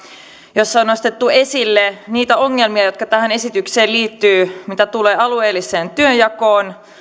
joissa on nostettu esille niitä ongelmia jotka tähän esitykseen liittyvät mitä tulee alueelliseen työnjakoon